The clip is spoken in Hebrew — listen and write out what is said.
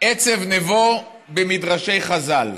עצב נבו במדרשי חז"ל.